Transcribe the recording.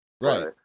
Right